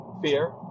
Fear